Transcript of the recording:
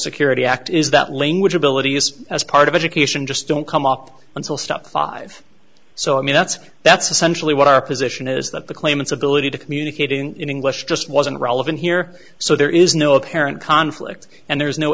security act is that language ability is as part of education just don't come up until stop five so i mean that's that's essentially what our position is that the claimants ability to communicate in english just wasn't relevant here so there is no apparent conflict and there's no